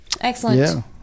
Excellent